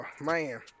man